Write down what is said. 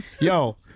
Yo